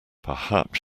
perhaps